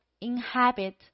inhabit